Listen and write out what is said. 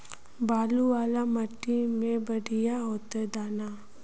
बालू वाला माटी में बढ़िया होते दाना?